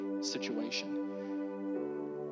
situation